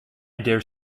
dare